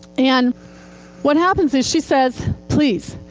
and what happens is, she says, please,